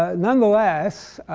ah nonetheless,